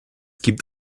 gibt